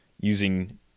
using